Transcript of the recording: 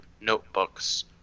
notebooks